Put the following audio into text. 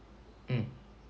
mm